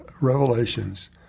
revelations